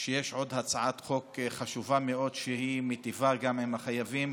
לומר שיש עוד הצעת חוק חשובה מאוד שגם היא מטיבה עם החייבים,